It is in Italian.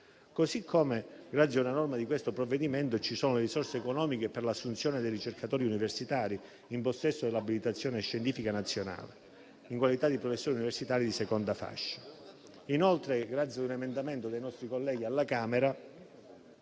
Così come, grazie a una norma di questo provvedimento, ci sono le risorse economiche per l'assunzione dei ricercatori universitari in possesso dell'abilitazione scientifica nazionale, in qualità di professori universitari di seconda fascia. Inoltre, grazie a un emendamento dei nostri colleghi alla Camera,